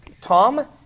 Tom